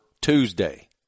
Tuesday